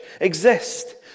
exist